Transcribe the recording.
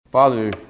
Father